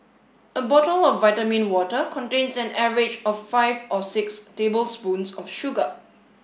a bottle of vitamin water contains an average of five or six tablespoons of sugar